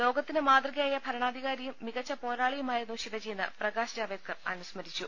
ലോകത്തിന് മാതൃകയായ ഭരണാധികാരിയും മികച്ച പോരാളിയുമായിരുന്നു ശിവജിയെന്ന് പ്രകാശ് ജാവ്ദേക്കർ അനുസ്മരിച്ചു